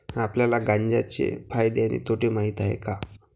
आपल्याला गांजा चे फायदे आणि तोटे माहित आहेत का?